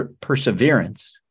perseverance